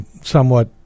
somewhat